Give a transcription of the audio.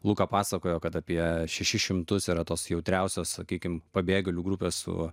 luką pasakojo kad apie šešis šimtus yra tos jautriausios sakykime pabėgėlių grupės su